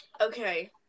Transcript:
Okay